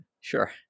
sure